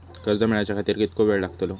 कर्ज मेलाच्या खातिर कीतको वेळ लागतलो?